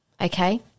Okay